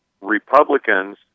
Republicans